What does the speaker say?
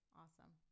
awesome